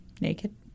Naked